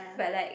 but like